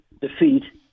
defeat